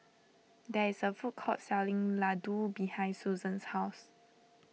there is a food court selling Ladoo behind Susan's house